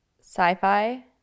sci-fi